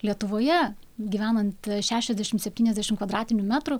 lietuvoje gyvenant šešiasdešim septyniasdešim kvadratinių metrų